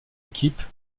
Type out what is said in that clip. équipe